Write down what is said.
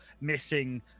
missing